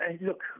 Look